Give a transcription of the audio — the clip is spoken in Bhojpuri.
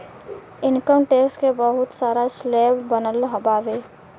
इनकम टैक्स के बहुत सारा स्लैब बनल बावे